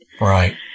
Right